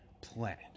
planet